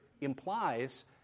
implies